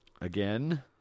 again